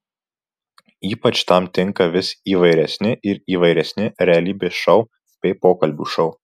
ypač tam tinka vis įvairesni ir įvairesni realybės šou bei pokalbių šou